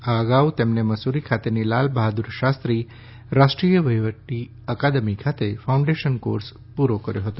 આ અગાઉ તેમણે મસૂરી ખાતેની લાલ બહાદુર શાસ્ત્રી રાષ્ટ્રીય વહિવટી અકાદમી ખાતે ફાઉન્ડેશન કોર્સ પુરો કર્યો હતો